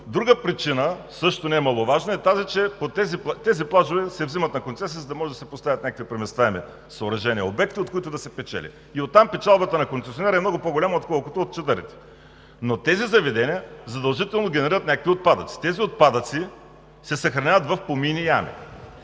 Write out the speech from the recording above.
Друга причина, също немаловажна, е тази, че тези плажове се взимат на концесия, за да може да се поставят някакви преместваеми съоръжения и обекти, от които да се печели и оттам печалбата на концесионера е много по-голяма, отколкото от чадърите. Тези заведения задължително генерират някакви отпадъци, тези отпадъци се съхраняват в помийни ями.